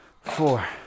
four